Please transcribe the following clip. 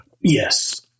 Yes